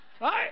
Right